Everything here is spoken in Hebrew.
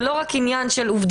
זה לא רק עניין עובדתי,